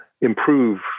improve